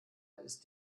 ist